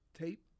tape